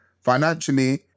financially